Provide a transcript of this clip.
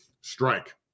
strike